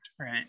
Right